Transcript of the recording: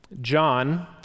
John